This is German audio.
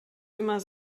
immer